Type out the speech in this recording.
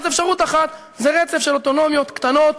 אז אפשרות אחת זה של אוטונומיות קטנות,